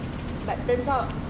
but turns out